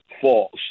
false